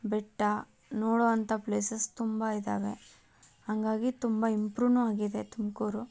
ಬೆಟ್ಟ ನೋಡುವಂಥ ಪ್ಲೇಸಸ್ ತುಂಬ ಇದ್ದಾವೆ ಹಂಗಾಗಿ ತುಂಬ ಇಂಪ್ರೂವ್ನೂ ಆಗಿದೆ ತುಮಕೂರು